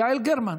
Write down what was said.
יעל גרמן.